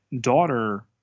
daughter